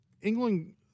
England